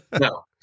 no